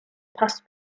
past